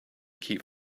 keep